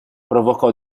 provocò